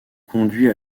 conduit